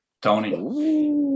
Tony